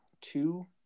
Two